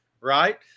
right